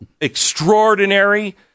extraordinary